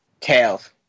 Tails